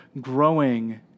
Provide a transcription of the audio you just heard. growing